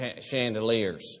chandeliers